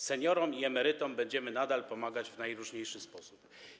Seniorom i emerytom będziemy nadal pomagać w najróżniejszy sposób”